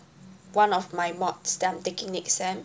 one of my mods that I'm taking next sem